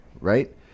right